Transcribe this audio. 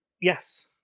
Yes